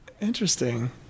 Interesting